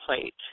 plate